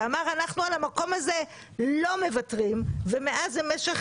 ואמר: על המקום הזה אנחנו לא מוותרים ומאז משך